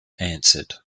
answered